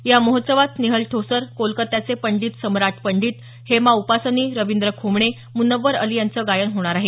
या महोत्सवात स्नेहल ठोसर कोलकात्याचे पंडित सम्राट पंडित हेमा उपासनी रवींद्र खोमणे मुनव्वर अली यांचं गायन होणार आहे